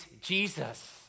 Jesus